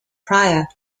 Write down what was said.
prior